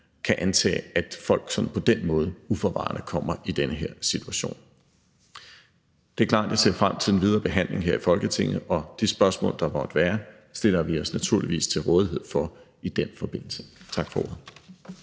kan antage, at folk på den måde uforvarende kommer i den her situation. Det er klart, at jeg ser frem til den videre behandling her i Folketinget, og de spørgsmål, der måtte være, stiller vi os naturligvis til rådighed for at besvare i den forbindelse. Tak for ordet.